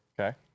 Okay